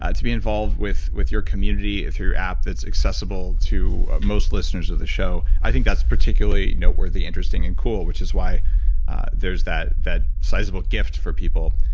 ah to be involved with with your community, through your app, that's accessible to most listeners of the show i think that's particularly noteworthy, interesting, and cool. which is why there's that that sizeable gift for people.